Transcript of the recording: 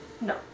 No